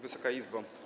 Wysoka Izbo!